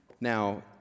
Now